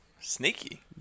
Sneaky